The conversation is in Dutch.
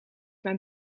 mijn